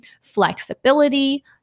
flexibility